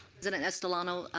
president, mr. um ah